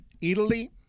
Italy